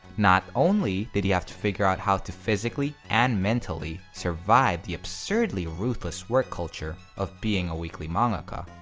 not only did he have to figure out how to physically and mentally survive the absurdly ruthless work culture of being a weekly mangaka,